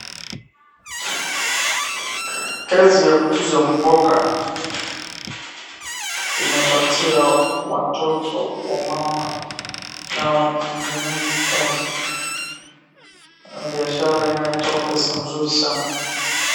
Kazi ya kuuza mboga, inapatia watoto, wamama na wanakijiji mingi kazi, na biashara inayotoa pesa mzuri sana.